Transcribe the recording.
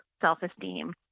self-esteem